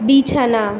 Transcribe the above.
বিছানা